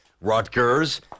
Rutgers